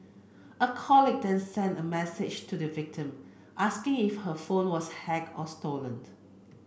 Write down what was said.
a colleague then sent a message to the victim asking if her phone was hacked or stolen